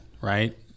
right